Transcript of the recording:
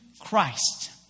Christ